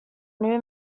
new